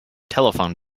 telephone